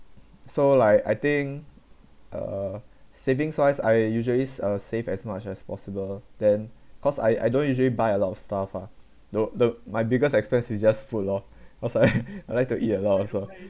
so like I think uh savings wise I usually s~ uh save as much as possible then cause I I don't usually buy a lot of stuff ah no the my biggest expenses is just food lor cause I I like to eat a lot also